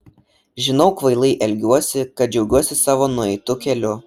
žinau kvailai elgiuos kad džiaugiuosi savo nueitu keliu